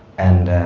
and